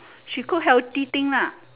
she cook healthy thing lah